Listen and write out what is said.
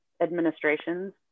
administrations